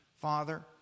Father